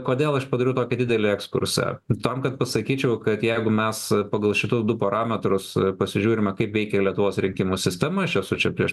kodėl aš padariau tokį didelį ekskursą tam kad pasakyčiau kad jeigu mes pagal šituos du parametrus pasižiūrime kaip veikia lietuvos rinkimų sistema aš esu čia prieš